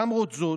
למרות זאת,